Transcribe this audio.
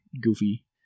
goofy